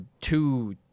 two